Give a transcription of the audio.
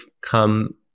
come